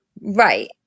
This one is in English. Right